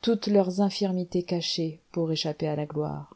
toutes leurs infirmités cachées pour échapper à la gloire